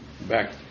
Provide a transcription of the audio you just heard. back